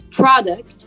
product